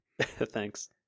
Thanks